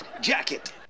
Jacket